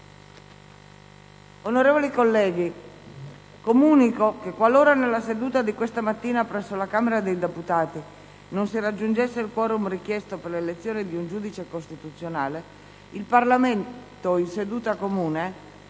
Onorevoli colleghi, comunico che, qualora nella seduta di questa mattina presso la Camera dei deputati non si raggiungesse il *quorum* richiesto per l'elezione di un giudice costituzionale, il Parlamento in seduta comune